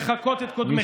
לחקות את קודמך.